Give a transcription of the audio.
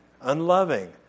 unloving